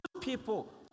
people